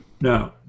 No